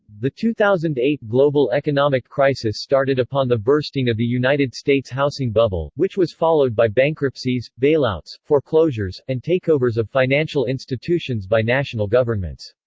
the two thousand and eight global economic crisis started upon the bursting of the united states housing bubble, which was followed by bankruptcies, bailouts, foreclosures, and takeovers of financial institutions by national governments.